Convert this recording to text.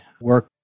work